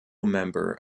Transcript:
member